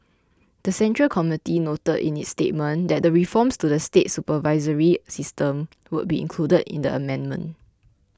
the Central Committee noted in its statement that reforms to the state supervisory system would be included in the amendment